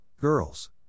girls